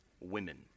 women